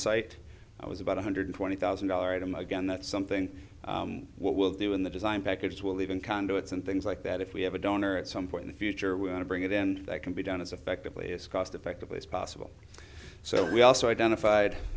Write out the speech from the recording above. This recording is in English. site i was about one hundred twenty thousand dollar item again that's something what we'll do in the design package will even conduits and things like that if we have a donor at some point in the future we want to bring it in that can be done as effectively as cost effectively as possible so we also identified